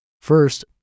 first